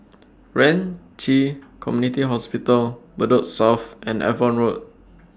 Ren Ci Community Hospital Bedok South and Avon Road